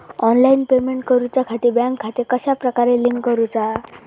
Online payment करुच्याखाती bank खाते कश्या प्रकारे लिंक करुचा?